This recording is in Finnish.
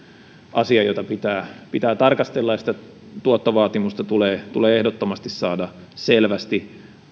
jota pitää pitää tarkastella ja sitä tuottovaatimusta tulee tulee ehdottomasti saada selvästi